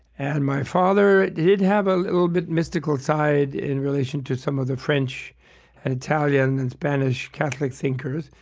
and my father did have a little bit mystical side in relation to some of the french and italian and spanish catholic thinkers,